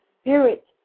spirit